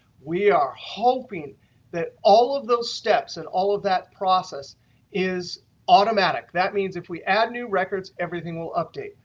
we are hoping that all of those steps and all of that process is automatic. that means if we add new records, everything will update.